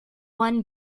one